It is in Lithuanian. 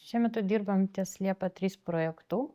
šiuo metu dirbam ties liepa trys projektu